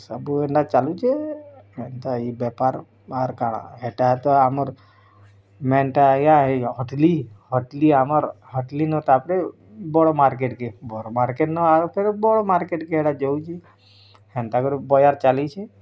ସବୁ ଏନ୍ତା ଚାଲୁଛେ ଏନ୍ତା ଇ ବେପାର୍ ବାର୍ କାଣା ହେଟା ତ ଆମର୍ ମେନ୍ଟା ଆଜ୍ଞା ଏଇ ହଟ୍ଲି ହଟ୍ଲି ଆମର୍ ହଟ୍ଲି ନ ତାପରେ ବଳ ମାର୍କେଟ୍କେ ମାର୍କେଟ୍ନ ଆଉ ଫେର୍ ବଡ଼ ମାର୍କେଟ୍କେ ହେଟା ଯଉଛି ହେନ୍ତା କରି ବଜାର ଚାଲିଛେ